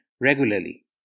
regularly